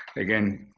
again,